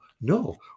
no